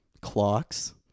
clocks